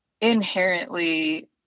inherently